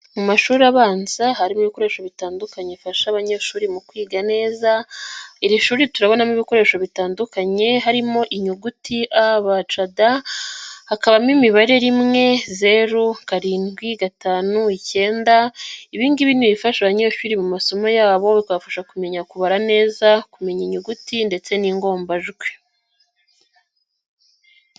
Mu mashuri abanza harimo ibikoresho bitandukanye bifasha abanyeshuri mu kwiga neza, iri shuri turabonamo ibikoresho bitandukanye harimo inyuguti a, b,c,d. Hakabamo imibare rimwe, zeru, karindwi, gatanu, icyenda ,ibingibi ni bifasha abanyeshuri mu masomo yabo bikabafasha kumenya kubara neza kumenya inyuguti ndetse n'ingombajwi.